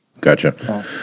Gotcha